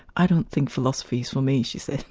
i don't think philosophy is for me, she said